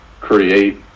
create